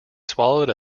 swallowed